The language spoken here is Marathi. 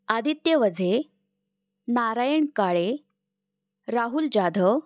आदित्य वझे नारायण काळे राहुल जाधव